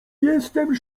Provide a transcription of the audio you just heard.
jestem